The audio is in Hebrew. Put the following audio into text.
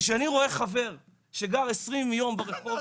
וכשאני רואה חבר שגר 20 ימים ברחוב,